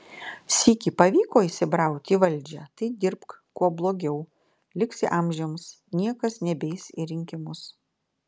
sykį pavyko įsibrauti į valdžią tai dirbk kuo blogiau liksi amžiams niekas nebeis į rinkimus